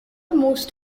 most